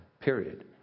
period